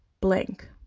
blank